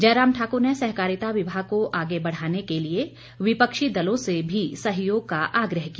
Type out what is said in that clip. जयराम ठाकुर ने सहकारिता विभाग को आगे बढ़ाने के लिए विपक्षी दलों से भी सहयोग का आग्रह किया